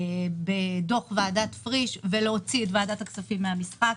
בדוח ועדת פריש ולהוציא את ועדת הכספים מהמשחק,